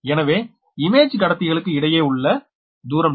எனவே இமேஜ் கடத்திகளுக்கு இடையே உள்ள தூரம் d